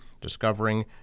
discovering